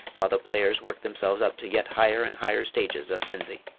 while the players worked themselves up to yet higher and higher stages of frenzy.